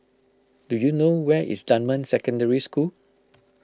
do you know where is Dunman Secondary School